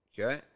okay